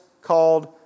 called